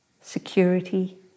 security